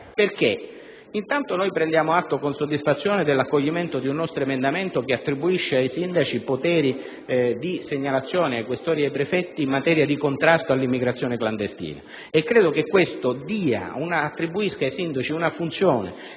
prediamo intanto atto con soddisfazione dell'accoglimento di un nostro emendamento, che attribuisce ai sindaci poteri di segnalazione ai questori e ai prefetti in materia di contrasto all'immigrazione clandestina. Credo che in tal modo si attribuisca ai sindaci una funzione